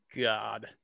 God